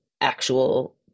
actual